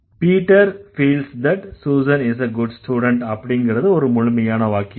Peter feels that Susan is a good student அப்படிங்கறது ஒரு முழுமையான வாக்கியம்